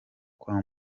kwa